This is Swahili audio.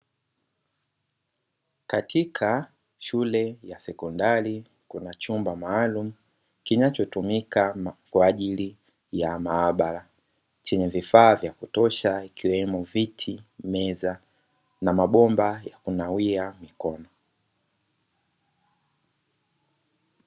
Katika shule ya sekondari kuna chumba maalumu kinachotumika kwa ajili ya maabara, chenye vifaa vya kutosha ikiwemo viti, meza na mabomba ya kunawia mikono.